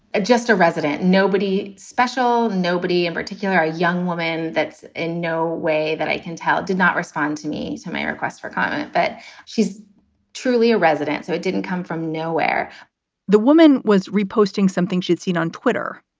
just a resident. nobody special. nobody in particular a young woman. that's in no way that i can tell. did not respond to me to my request for comment. but she's truly a resident. so it didn't come from nowhere the woman was reposting something she'd seen on twitter.